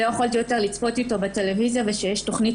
לא יכולתי יותר לצפות איתו בטלוויזיה וכשיש תוכנית